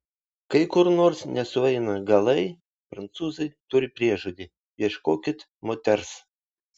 kai kur nors nesueina galai prancūzai turi priežodį ieškokit moters